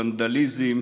ונדליזם.